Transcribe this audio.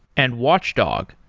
and watchdog,